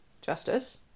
justice